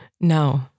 No